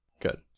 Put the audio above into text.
good